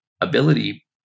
Ability